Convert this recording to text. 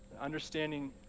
understanding